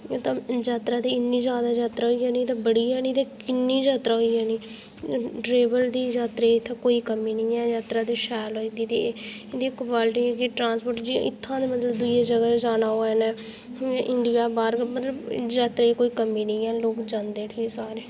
तां यात्रा दी इन्नी ज्यादा यात्रा होई जानी ते बड़ी किन्नी यात्रा होई जानी ड्रैवल दी यात्रा दी इत्थें कोई कमी निं ऐ यात्रा ते शैल होई जंदी ते इंदी क्वालिटी गी ट्रांसपोर्ट च इत्थै दूइयें जगहें जाना होऐ इ'ने इंडिया बाहर मतलब यात्रा दी कोई कमी नेईं निं ऐ लोक जंदे उठी सारें